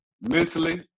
mentally